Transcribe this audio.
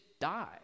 die